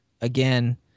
again